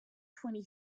twenty